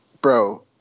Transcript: Bro